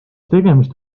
tegemist